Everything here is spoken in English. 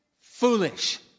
foolish